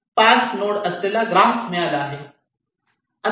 5 node असलेला graph मिळाला आहे